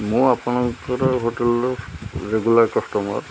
ମୁଁ ଆପଣଙ୍କର ହୋଟେଲର ରେଗୁଲାର୍ କଷ୍ଟମର୍